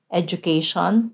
education